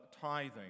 tithing